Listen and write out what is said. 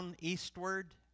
eastward